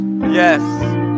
Yes